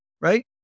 right